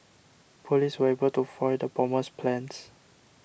police were able to foil the bomber's plans